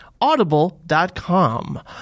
audible.com